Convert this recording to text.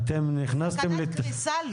סכנת קריסה לא.